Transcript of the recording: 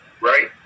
right